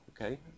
okay